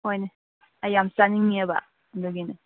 ꯍꯣꯏꯅꯦ ꯑꯩ ꯌꯥꯝ ꯆꯥꯅꯤꯡꯉꯦꯕ ꯑꯗꯨꯒꯤꯅꯦ